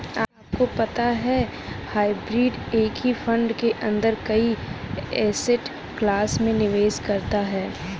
आपको पता है हाइब्रिड एक ही फंड के अंदर कई एसेट क्लास में निवेश करता है?